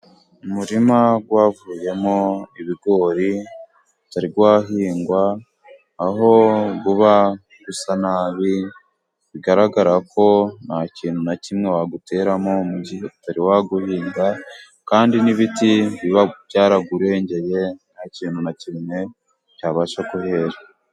Umurima wavuyemo ibigori utari wahingwa, aho uba usa nabi, bigaragara ko nta kintu na kimwe wawuteramo, mu gihe utari wawuhinga kandi n'ibitiba byaragurengeye nta kintu na kimwe cyabasha kuhera.